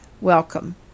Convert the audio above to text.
welcome